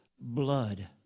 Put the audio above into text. blood